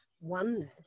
oneness